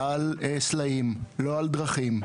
על סלעים, לא על דרכים,